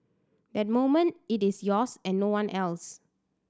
that moment it is yours and no one else